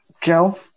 Joe